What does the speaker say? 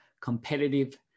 competitive